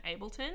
ableton